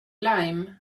lime